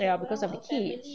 ya because of the kids